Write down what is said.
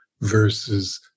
versus